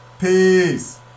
peace